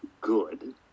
good